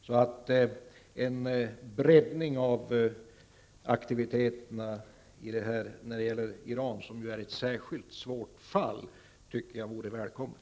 En breddning av aktiviteterna när det gäller Iran, som är ett särskilt svårt fall, tycker jag vore välkommet.